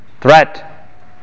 threat